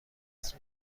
دست